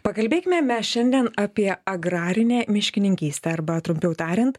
pakalbėkime šiandien apie agrarinę miškininkystę arba trumpiau tariant